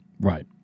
right